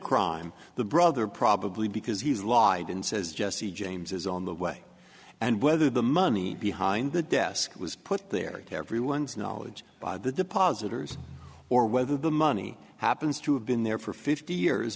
crime the brother probably because he's logged in says jesse james is on the way and whether the money behind the desk was put there everyone's knowledge by the depositors or whether the money happens to have been there for fifty years